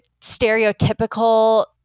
stereotypical